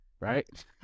right